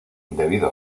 debido